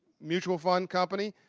mutual fund company,